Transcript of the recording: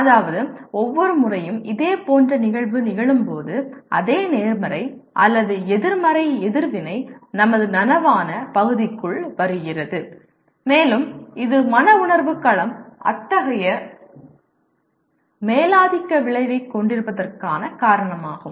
அதாவது ஒவ்வொரு முறையும் இதேபோன்ற நிகழ்வு நிகழும்போது அதே நேர்மறை அல்லது எதிர்மறை எதிர்வினை நமது நனவான பகுதிக்குள் வருகிறது மேலும் இது மன உணர்வு களம் அத்தகைய மேலாதிக்க விளைவைக் கொண்டிருப்பதற்கான காரணமாகும்